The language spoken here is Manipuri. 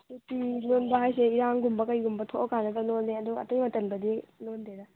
ꯁꯨꯇꯤ ꯂꯣꯟꯕ ꯍꯥꯏꯁꯦ ꯏꯔꯥꯡꯒꯨꯝꯕ ꯀꯩꯒꯨꯝꯕ ꯊꯣꯛꯑꯀꯥꯟꯗꯗ ꯈꯛ ꯂꯣꯜꯂꯦ ꯑꯗꯨꯒ ꯑꯇꯩ ꯃꯇꯝꯗꯗꯤ ꯂꯣꯟꯗꯦꯗ